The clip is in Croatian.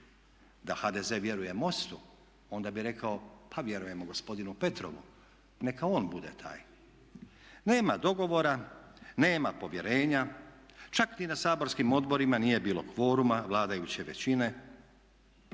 Da HDZ vjeruje MOST-u onda bi rekao pa vjerujemo gospodinu Petrovu neka on bude taj. Nema dogovora, nema povjerenja, čak ni na saborskim odborima nije bilo kvoruma vladajuće većine